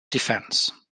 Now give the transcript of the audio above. defense